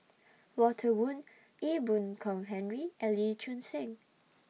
Walter Woon Ee Boon Kong Henry and Lee Choon Seng